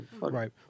Right